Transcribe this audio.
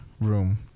room